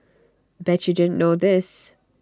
bet you didn't know this